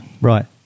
Right